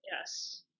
Yes